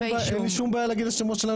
אין לי שום בעיה להגיד את השמות שלהם